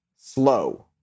slow